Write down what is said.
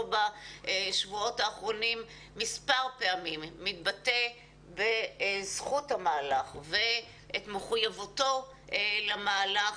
בשבועות האחרונים מספר פעמים מתבטא בזכות המהלך ואת מחויבותו למהלך.